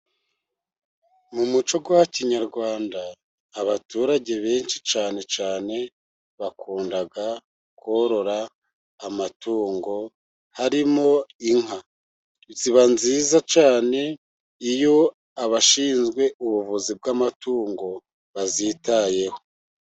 Mu mucyo wa kinyarwanda abaturage benshi cyane cyane bakunda korora amatungo, harimo inka ziba nziza cyane, iyo abashinzwe ubuvuzi bw'amatungo bazitayeho.